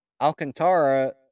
Alcantara